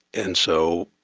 and so,